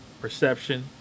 Perception